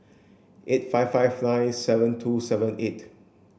eight five five nine seven two seven eight